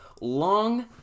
long